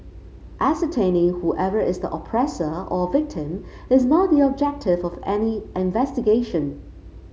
ascertaining whoever is the oppressor or victim is not the objective of any investigation